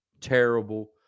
terrible